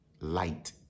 Light